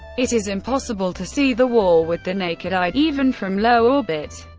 it is impossible to see the wall with the naked eye, even from low orbit,